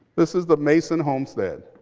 this is the mason homestead.